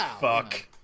fuck